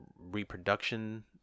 reproduction